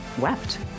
wept